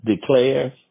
declares